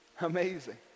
Amazing